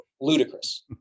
ludicrous